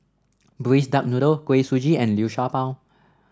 Braised Duck Noodle Kuih Suji and Liu Sha Bao